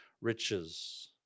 riches